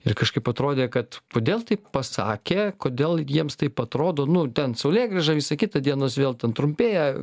ir kažkaip atrodė kad kodėl taip pasakė kodėl jiems taip atrodo nu ten saulėgrįža visa kita dienos vėl ten trumpėja